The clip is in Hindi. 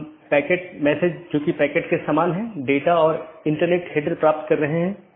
एक अन्य अवधारणा है जिसे BGP कंफेडेरशन कहा जाता है